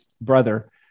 brother